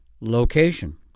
location